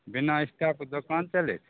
बिना स्टाफके दोकान चलै छै